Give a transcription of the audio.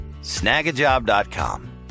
snagajob.com